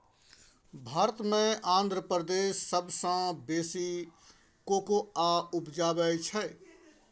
भारत मे आंध्र प्रदेश सबसँ बेसी कोकोआ उपजाबै छै